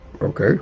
Okay